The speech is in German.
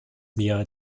mir